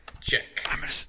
Check